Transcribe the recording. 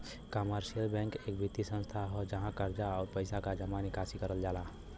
commercial bank एक वित्तीय संस्थान हौ जहाँ कर्जा, आउर पइसा क जमा निकासी करल जाला